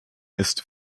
ist